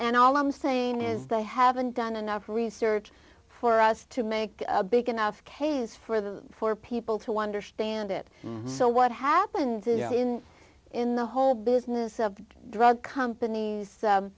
and all i'm saying is they haven't done enough research for us to make a big enough case for the for people to understand it so what happened in the whole business of the drug compan